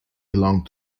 belong